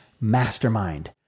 mastermind